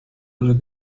oder